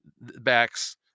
backs